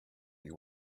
you